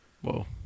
Whoa